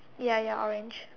ya ya orange